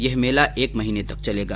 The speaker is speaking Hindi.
यह मेला एक महीने तक चलेगा